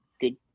good